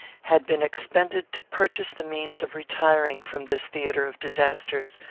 had been expended to purchase the means of retiring from this theatre of disasters,